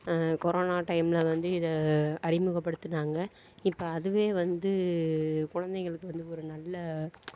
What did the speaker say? corona டைமில் வந்து இதை அறிமுகப்படுத்தினாங்க இப்போ அதுவே வந்து குழந்தைகளுக்கு வந்து ஒரு நல்ல